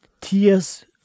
tears